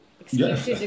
Excuses